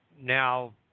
Now